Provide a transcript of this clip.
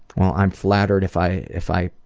well i'm flattered if i if i